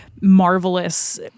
marvelous